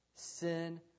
Sin